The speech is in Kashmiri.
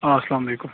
آ اَسلام وعلیکُم